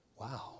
Wow